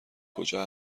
کجا